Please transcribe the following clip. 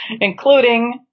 Including